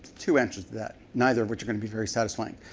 two answers to that, neither of which are going to be very satisfying.